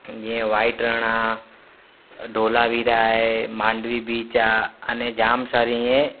जीअं व्हाइट रण आहे डोलावीरा आहे मांडवी बीच आहे अने जाम सारी ईअं